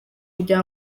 kugira